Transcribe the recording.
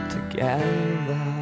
Together